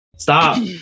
Stop